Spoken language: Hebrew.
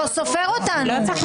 הצבעה לא אושרו.